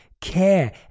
care